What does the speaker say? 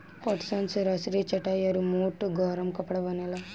पटसन से रसरी, चटाई आउर मोट गरम कपड़ा बनेला